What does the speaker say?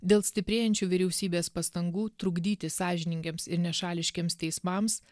dėl stiprėjančių vyriausybės pastangų trukdyti sąžiningiems ir nešališkiems teismams